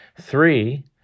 three